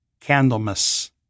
Candlemas